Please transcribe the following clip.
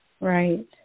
right